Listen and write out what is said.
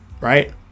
right